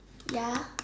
ya